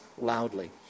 loudly